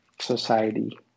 society